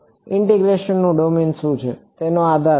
ઇન્ટીગ્રેશનનું domain શું છે તેનો આધાર છે